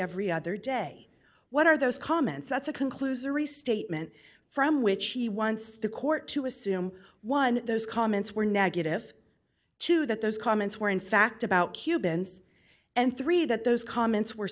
every other day what are those comments that's a conclusory statement from which he wants the court to assume one those comments were negative to that those comments were in fact about cubans and three that those comments were